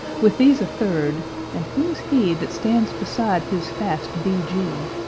with these a third and who is he that stands beside his fast b. g?